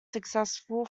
successful